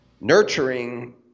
nurturing